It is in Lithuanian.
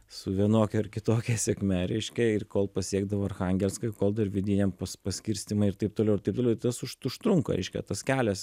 su vienokia ar kitokia sėkme reiškia ir kol pasiekdavo archangelską kol dar vidiniam pas paskirstyme ir taip toliau ir taip toliau ir tas už užtrunka reiškia tas kelias